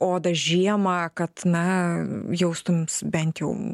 odą žiemą kad na jaustums bent jau